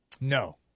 No